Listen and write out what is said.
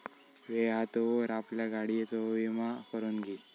वेळ हा तोवर आपल्या गाडियेचो विमा करून घी